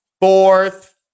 fourth